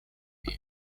him